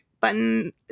button